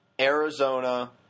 Arizona